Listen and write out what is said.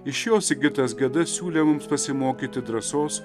iš jo sigitas geda siūlė mums pasimokyti drąsos